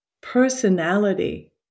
personality